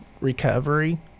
recovery